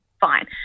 fine